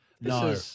No